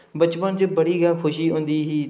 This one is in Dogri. बचपन च बड़ी गै खुशी होंदी ही